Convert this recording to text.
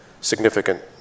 significant